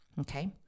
Okay